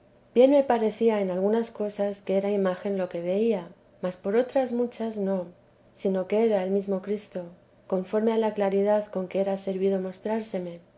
bien me parecía en algunas cosas que era imagen lo que veía mas por otras muchas no sino que era el mesmo cristo conforme a la claridad con que era servido mostrárseme